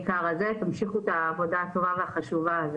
תמשיכו בעבודה הטובה והחשובה.